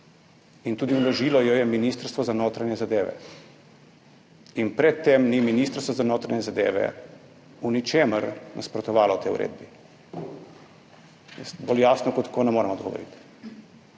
In tudi vložilo jo je Ministrstvo za notranje zadeve. In pred tem ni Ministrstvo za notranje zadeve v ničemer nasprotovalo tej uredbi. Jaz bolj jasno kot tako, ne morem odgovoriti.